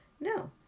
No